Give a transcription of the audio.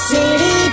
City